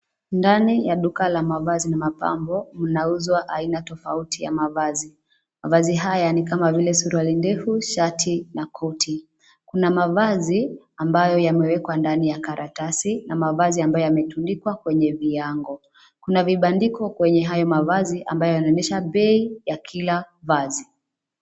Ndani ya duka la mavazi mapambo mnauzwa aina tofauti ya mavazi, mavazi haya ni kama vile suruali ndefu, shati na koti, kuna mavazi, ambayo yamewekwa ndani ya karatasi na mavazi ambayo yametundikwa kwenye viango, kuna vibandiko kwenye hayo mavazi ambayo yanaonyesha bei ya kila vazi.